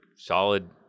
solid